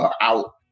out